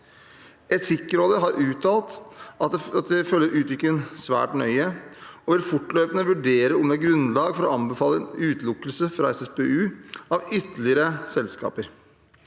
Etikkrådet har uttalt at de følger utviklingen svært nøye og fortløpende vil vurdere om det er grunnlag for å anbefale en utelukkelse av ytterligere selskaper